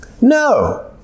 No